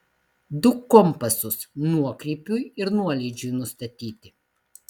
du kompasus nuokrypiui ir nuolydžiui nustatyti